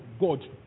God